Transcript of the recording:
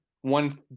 One